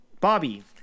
Bobby